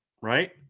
right